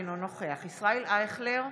אינו נוכח ישראל אייכלר,